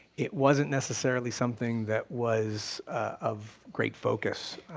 it wasn't necessarily something that was of great focus,